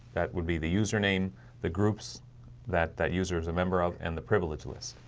that would be the username the groups that that user is a member of and the privilege list